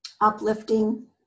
uplifting